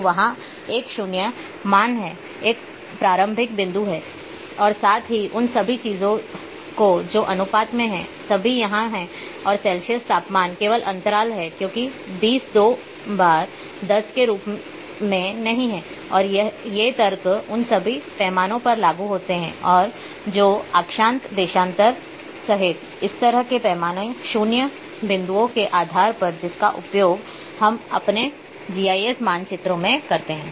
तो वहाँ एक 0 मान है एक प्रारंभिक बिंदु है और साथ ही उन सभी चीजों को जो अनुपात में हैं सभी यहाँ हैं और सेल्सियस तापमान केवल अंतराल है क्योंकि 20 दो बार 10 के रूप में नहीं है और ये तर्क उन सभी पैमानों पर लागू होते हैं जो हैं अक्षांश देशांतर सहित इसी तरह के मनमाने 0 बिंदुओं के आधार पर जिसका उपयोग हम अपने जीआईएस मानचित्रों में करते हैं